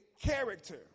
character